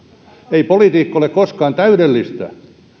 ei politiikka ole koskaan täydellistä